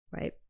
right